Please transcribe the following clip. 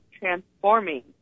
transforming